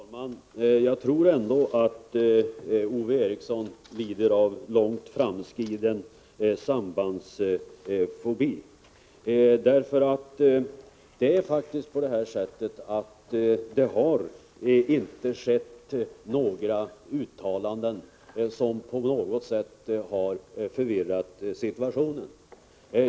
Herr talman! Jag tror ändå att Ove Eriksson lider av långt framskriden sambandsfobi. Det har faktiskt inte gjorts några uttalanden som på något sätt har förvirrat situationen.